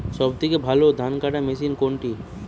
সবথেকে ভালো ধানকাটা মেশিন কোনটি?